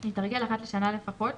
יתרגל אחת לשנה לפחות,